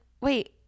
wait